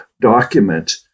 document